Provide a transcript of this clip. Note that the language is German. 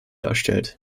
darstellt